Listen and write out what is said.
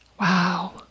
Wow